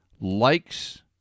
likes